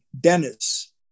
dennis